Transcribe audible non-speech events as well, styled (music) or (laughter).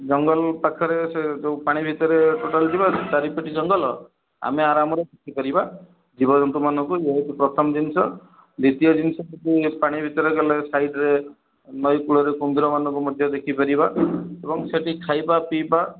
ଜଙ୍ଗଲ ପାଖରେ ସେ ଯେଉଁ ପାଣି ଭିତରେ ଟୋଟାଲ୍ ଯିବା ଚାରିପଟେ ଜଙ୍ଗଲ ଆମେ ଆରାମରେ (unintelligible) କରିବା ଜୀବଜନ୍ତୁମାନଙ୍କୁ ଯେହେତୁ ପ୍ରଥମ ଜିନିଷ ଦ୍ୱିତୀୟ ଜିନିଷ ହେଉଛି ପାଣି ଭିତରେ ଗଲେ ସାଇଡ଼୍ରେ ନଈ କୂଳରେ କୁମ୍ଭୀରମାନଙ୍କୁ ମଧ୍ୟ ଦେଖି ପାରିବା ଏବଂ ସେଠି ଖାଇବା ପିଇବା